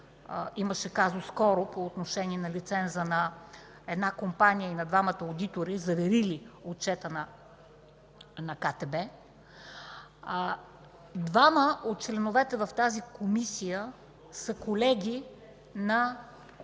имаше казус по отношение лиценза на една компания и на двамата одитори, заверили отчета на КТБ. Двама от членовете в тази комисия са колеги на